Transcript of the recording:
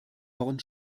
vorn